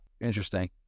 Interesting